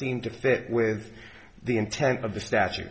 seem to fit with the intent of the statute